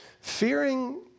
fearing